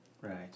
Right